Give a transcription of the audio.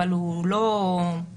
אבל זה לא נכון.